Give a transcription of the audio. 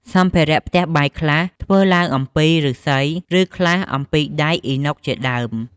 សម្ភារៈផ្ទះបាយខ្លះធ្វើឡើងអំពី ឬស្សី ឬខ្លះអំពីដែកអ៊ីណុកជាដើម។